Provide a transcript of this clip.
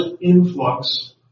influx